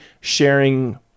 sharing